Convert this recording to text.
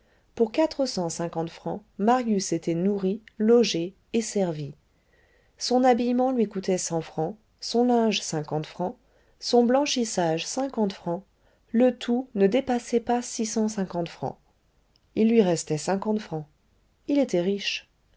pour quatre cent cinquante francs marius était nourri logé et servi son habillement lui coûtait cent francs son linge cinquante francs son blanchissage cinquante francs le tout ne dépassait pas six cent cinquante francs il lui restait cinquante francs il était riche